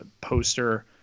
poster